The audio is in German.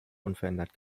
unverändert